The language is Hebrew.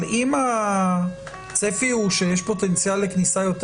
אבל אם הצפי הוא שיש פוטנציאל לכניסה יותר